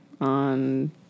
on